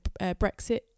Brexit